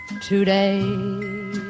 today